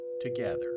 together